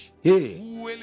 Hey